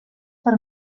per